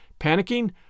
Panicking